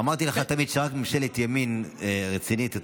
אמרתי לך שרק בממשלת ימין רצינית אתה